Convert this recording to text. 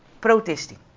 protesting